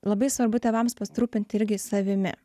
labai svarbu tėvams pasirūpinti irgi savimi